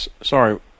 Sorry